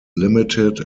limited